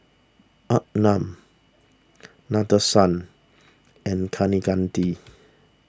Arnab Nadesan and Kaneganti